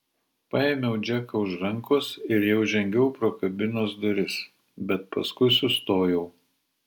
paėmiau džeką už rankos ir jau žengiau pro kabinos duris bet paskui sustojau